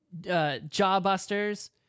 Jawbusters